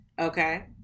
Okay